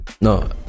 no